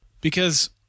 because-